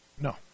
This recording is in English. No